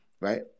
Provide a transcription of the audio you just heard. right